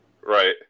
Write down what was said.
Right